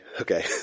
okay